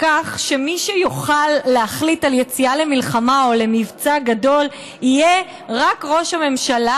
כך שמי שיוכל להחליט על יציאה למלחמה או למבצע גדול יהיה רק ראש הממשלה,